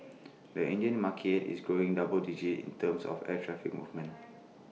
the Indian market is growing double digit in terms of air traffic movements